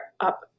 up